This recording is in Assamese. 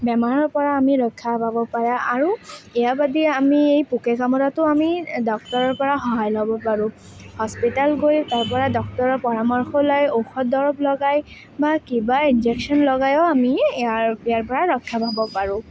বেমাৰৰ পৰা আমি ৰক্ষা পাব পাৰোঁ আৰু এয়া ভাৱি আমি পোকে কামোৰাটো আমি ডাক্তৰৰ পৰা সহায় ল'ব পাৰোঁ হস্পিতাল গৈ তাৰ পৰা ডক্তৰৰ পৰামৰ্শ লৈ ঔষধ দৰৱ লগাই বা কিবা ইনজেকচন লগাইও আমি ইয়াৰ ইয়াৰ পৰা ৰক্ষা পাব পাৰোঁ